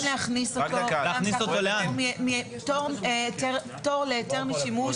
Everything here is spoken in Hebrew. אנחנו רוצים להכניס אותו תחת פטור מהיתר לשימוש